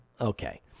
Okay